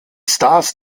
stars